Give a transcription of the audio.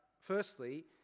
firstly